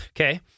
okay